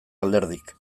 alderdik